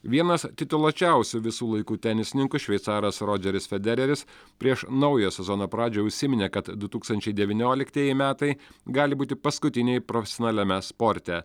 vienas tituluočiausių visų laikų tenisininkų šveicaras rodžeris federeris prieš naujo sezono pradžią užsiminė kad du tūkstančiai devynioliktieji metai gali būti paskutiniai profesionaliame sporte